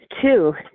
Two